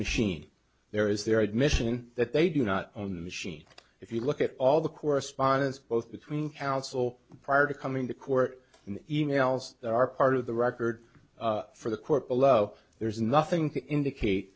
machine there is their admission that they do not own machine if you look at all the correspondence both between counsel prior to coming to court and e mails that are part of the record for the court below there's nothing to indicate